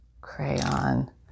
crayon